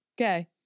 okay